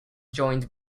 joined